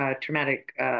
traumatic